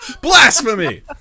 blasphemy